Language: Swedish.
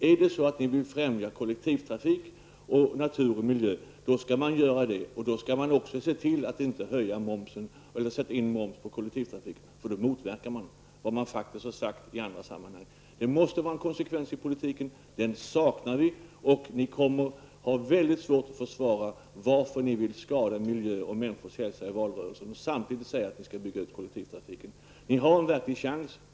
Om socialdemokraterna vill främja kollektivtrafik, natur och miljö skall de göra detta, och då skall de inte införa moms på kollektivtrafik, eftersom de då motverkar vad de faktiskt har sagt i andra sammanhang. Det måste finnas en konsekvens i politiken. Den saknar vi. Socialdemokraterna kommer att ha mycket svårt att i valrörelsen försvara varför de vill skada miljön och människors hälsa samtidigt som de säger att de skall bygga ut kollektivtrafiken. Socialdemokraterna har en verklig chans.